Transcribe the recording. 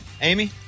Amy